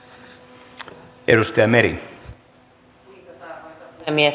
arvoisa puhemies